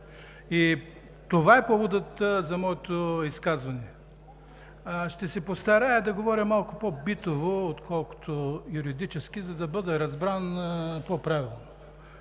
Това е поводът за моето изказване. Ще се постарая да говоря малко по-битово, отколкото юридически, за да бъда разбран по-правилно.